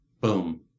Boom